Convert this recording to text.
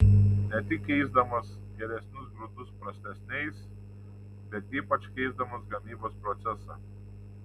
ne tik keisdamas geresnius grūdus prastesniais bet ypač keisdamas gamybos procesą